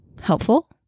helpful